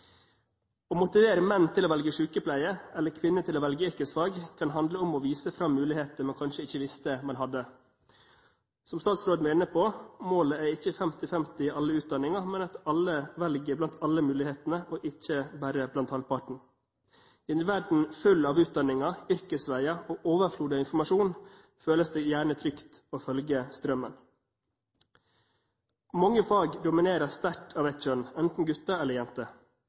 Å motivere menn til å velge sykepleie eller kvinner til å velge yrkesfag kan handle om å vise fram muligheter man kanskje ikke visste man hadde. Som statsråden var inne på: Målet er ikke 50–50 i alle utdanninger, men at alle velger blant alle mulighetene og ikke bare blant halvparten. I en verden full av utdanninger, yrkesveier og overflod av informasjon føles det gjerne trygt å følge strømmen. Mange fag domineres sterkt av ett kjønn, enten gutter eller